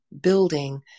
building